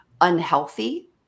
unhealthy